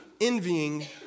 envying